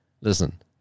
listen